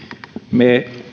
me